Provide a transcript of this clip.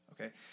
Okay